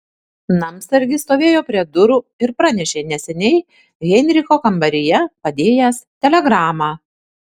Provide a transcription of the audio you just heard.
namsargis stovėjo prie durų ir pranešė neseniai heinricho kambaryje padėjęs telegramą